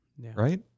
right